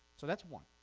so that's one.